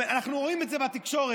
ואנחנו רואים את זה בתקשורת.